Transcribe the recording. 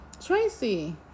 Tracy